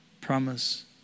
promise